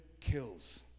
kills